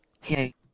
Hey